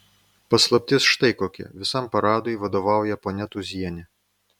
paslaptis štai kokia visam paradui vadovauja ponia tūzienė